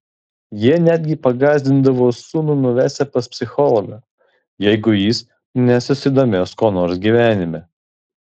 jie netgi pagąsdindavo sūnų nuvesią pas psichologą jeigu jis nesusidomės kuo nors gyvenime